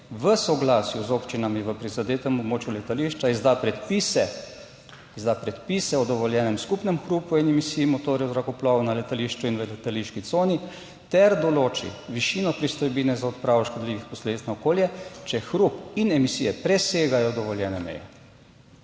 v soglasju z občinami v prizadetem območju letališča izda predpise o dovoljenem skupnem hrupu in emisijah motorjev zrakoplovov na letališču in v letališki coni ter določi višino pristojbine za odpravo škodljivih posledic na okolje, če hrup in emisije presegajo dovoljene meje.